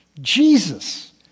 Jesus